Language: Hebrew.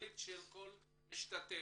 הכלכלית של כל משתתף.